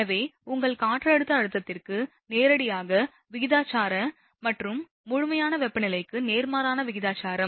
எனவே உங்கள் காற்றழுத்த அழுத்தத்திற்கு நேரடியாக விகிதாசார மற்றும் முழுமையான வெப்பநிலைக்கு நேர்மாறான விகிதாசார